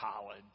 college